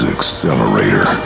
Accelerator